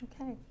Okay